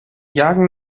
jagen